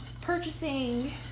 purchasing